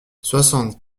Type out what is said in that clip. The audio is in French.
soixante